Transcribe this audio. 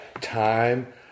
Time